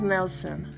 Nelson